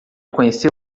conhecer